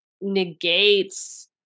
negates